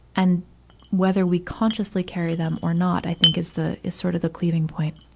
and whether we consciously carry them or not i think is the, is sort of the cleaving point,